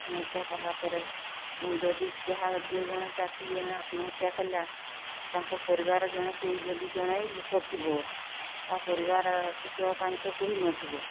ଆତ୍ମହତ୍ୟା କଲାପରେ ଯଦି ଯାହା ଯିଏ ଜଣେ ଚାଷୀ ଜଣେ ଆତ୍ମହତ୍ୟା କଲା ତାଙ୍କ ପରିବାର ଜଣେ ସେଇ ଯଦି ଜଣେ ଲୋକ ଥିବ ତା' ପରିବାର ପୋଷିବା ପାଇଁ ତ କେହି ନଥିବେ